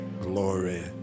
glory